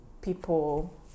people